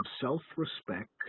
self-respect